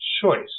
choice